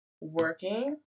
working